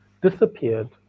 disappeared